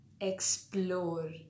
explore